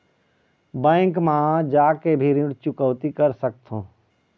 Bank मा जाके भी ऋण चुकौती कर सकथों?